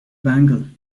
bangle